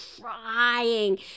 crying